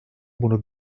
bunu